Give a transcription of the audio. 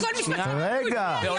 כל משפט שני הוא הפריע לי.